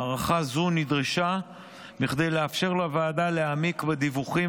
הארכה זו נדרשה בכדי לאפשר לוועדה להעמיק בדיווחים